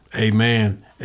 Amen